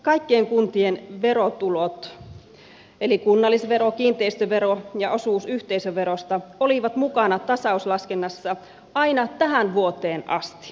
kaikkien kuntien verotulot eli kunnallisvero kiinteistövero ja osuus yhteisöverosta olivat mukana tasauslaskennassa aina tähän vuoteen asti